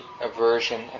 aversion